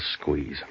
squeeze